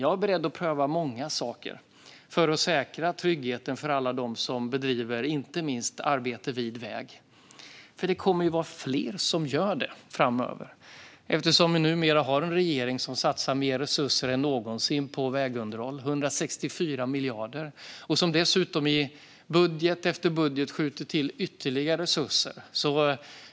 Jag är beredd att pröva många förslag för att säkra tryggheten för alla dem som bedriver arbete vid inte minst väg. Det kommer att vara fler som kommer att arbeta vid väg framöver eftersom regeringen satsar mer resurser än någonsin på vägunderhåll, nämligen 164 miljarder. I budget efter budget skjuter vi till ytterligare resurser.